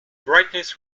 brightness